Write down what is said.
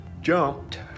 jumped